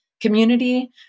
community